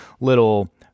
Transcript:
little